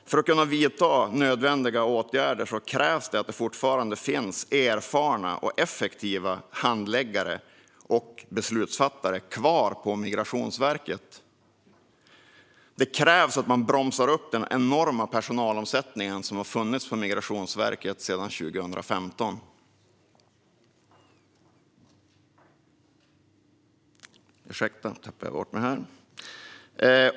För att kunna vidta nödvändiga åtgärder krävs att det fortfarande finns erfarna och effektiva handläggare och beslutsfattare kvar på Migrationsverket. Det krävs att man bromsar upp den enorma personalomsättning som har funnits på Migrationsverket sedan 2015.